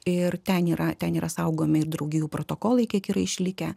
ir ten yra ten yra saugomi ir draugijų protokolai kiek yra išlikę